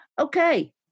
okay